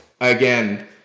again